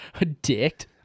Addict